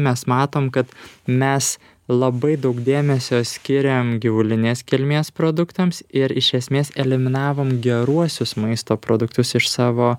mes matom kad mes labai daug dėmesio skiriam gyvulinės kilmės produktams ir iš esmės eliminavom geruosius maisto produktus iš savo